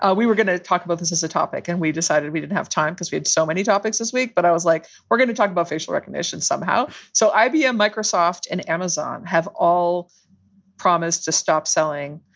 ah we were going to talk about this as a topic and we decided we didn't have time because we had so many topics this week. but i was like, we're going to talk about facial recognition somehow. so ibm, microsoft and amazon have all promised to stop selling